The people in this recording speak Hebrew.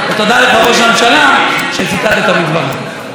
ותודה לך, ראש הממשלה, שציטטת מדבריי.